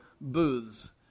booths